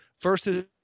versus